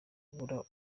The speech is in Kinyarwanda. kubura